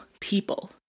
people